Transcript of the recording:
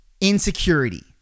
insecurity